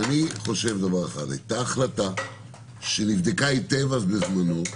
הייתה החלטה שנבדקה היטב בזמנו,